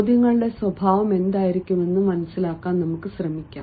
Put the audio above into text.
ചോദ്യങ്ങളുടെ സ്വഭാവം എന്തായിരിക്കുമെന്ന് മനസിലാക്കാൻ ശ്രമിക്കാം